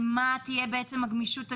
מה תהיה הגמישות הניהולית?